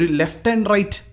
left-and-right